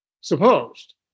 supposed